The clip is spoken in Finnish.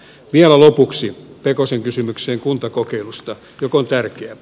vielä lopuksi pekosen kysymykseen kuntakokeilusta joka on tärkeä